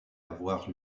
avoir